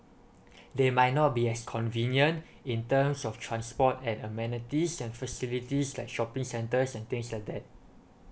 they might not be as convenient in terms of transport and amenities and facilities like shopping centers and things like that